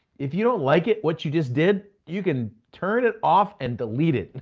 if you don't like it, what you just did, you can turn it off and delete it.